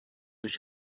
durch